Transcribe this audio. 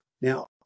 Now